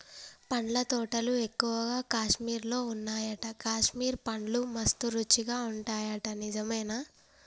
పండ్ల తోటలు ఎక్కువగా కాశ్మీర్ లో వున్నాయట, కాశ్మీర్ పండ్లు మస్త్ రుచి ఉంటాయట నిజమేనా